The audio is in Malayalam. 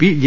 P J